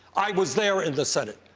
i was there in the senate,